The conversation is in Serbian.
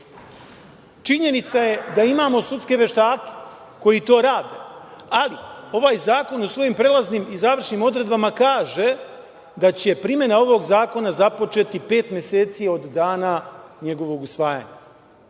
izvršnom. Činjenica je da imamo sudske veštake koji to rade, ali ovaj zakon u svojim prelaznim i završnim odredbama kaže da će primena ovog zakona započeti pet meseci od dana njegovog usvajanja. Sa